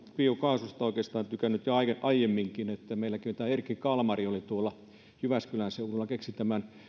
biokaasusta oikeastaan tykännyt jo aiemminkin meillä erkki kalmari tuolla jyväskylän seudulla keksi tämän